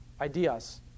ideas